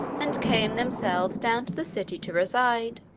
and came, themselves, down to the city to reside.